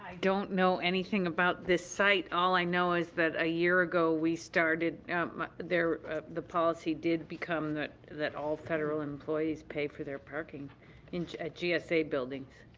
don't know anything about this site. all i know is that a year ago we started the policy did become that that all federal employees pay for their parking in gsa buildings.